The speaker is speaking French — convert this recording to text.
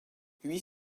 huit